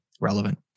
relevant